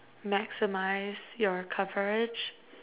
maximise your coverage